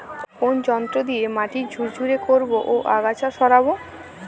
কোন যন্ত্র দিয়ে মাটি ঝুরঝুরে করব ও আগাছা সরাবো?